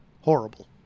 Horrible